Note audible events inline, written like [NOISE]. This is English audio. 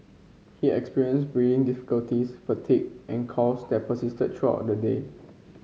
he experienced [UNINTELLIGIBLE] difficulties fatigue and coughs that persisted throughout the day